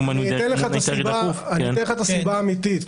אני אומר לך מה הסיבה האמיתית.